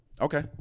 Okay